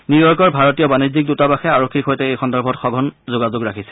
নিউয়ৰ্কৰ ভাৰতীয় বাণিজ্যিক দৃতাবাসে আৰক্ষীৰ সৈতে এই সন্দৰ্ভত সঘন যোগাযোগ ৰাখিছে